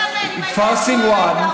בכפר סילוואן.